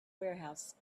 warehouse